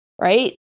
right